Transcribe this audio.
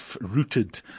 rooted